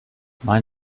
mein